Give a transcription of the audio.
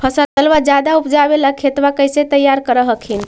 फसलबा ज्यादा उपजाबे ला खेतबा कैसे तैयार कर हखिन?